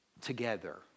together